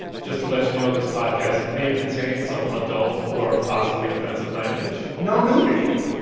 just to let you know, this podcast may contain some adult or possibly offensive language no nudity, though